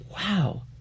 wow